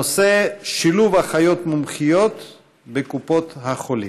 הנושא: שילוב אחיות מומחיות בקופות החולים.